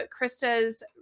Krista's